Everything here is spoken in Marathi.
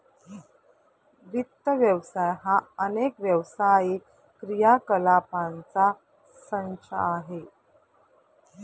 वित्त व्यवसाय हा अनेक व्यावसायिक क्रियाकलापांचा संच आहे